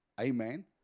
Amen